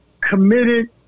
committed